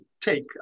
take